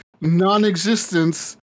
non-existence